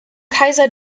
kaiser